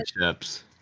chips